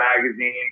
magazine